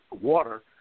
water